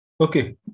Okay